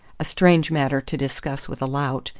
a strange matter to discuss with a lout,